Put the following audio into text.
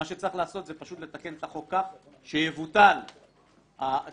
צריך לתקן את החוק כך שתבוטל הרפורמה,